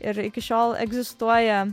ir iki šiol egzistuoja